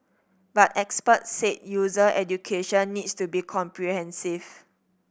but experts said user education needs to be comprehensive